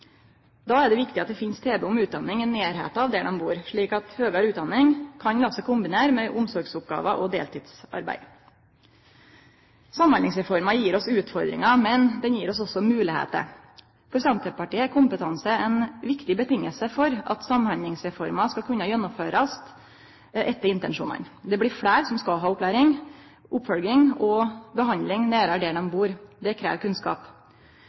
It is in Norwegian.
er det viktig at det finst tilbod om utdanning i nærleiken av der dei bur, slik at høgare utdanning kan la seg kombinere med omsorgsoppgåver og deltidsarbeid. Samhandlingsreforma gjev oss utfordringar, men ho gjev oss òg moglegheiter. For Senterpartiet er kompetanse ein viktig føresetnad for at Samhandlingsreforma skal kunne bli gjennomført etter intensjonane. Det blir fleire som skal ha opplæring, oppfølging og behandling nær der dei bur. Det krev kunnskap.